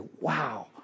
wow